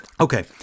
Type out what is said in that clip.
Okay